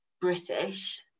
British